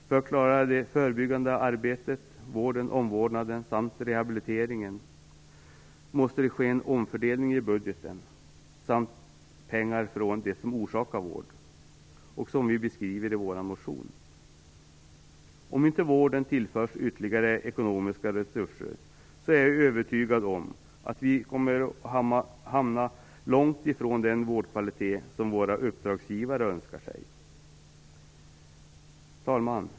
För att man skall klara det förebyggande arbetet, vården, omvårdnaden och rehabiliteringen måste det ske en omfördelning i budgeten. Pengar måste också tillföras från det som orsakar vård. Detta beskriver vi i vår motion. Om inte vården tillförs ytterligare ekonomiska resurser är jag övertygad om att vi kommer att hamna långt ifrån den vårdkvalitet som våra uppdragsgivare önskar sig. Fru talman!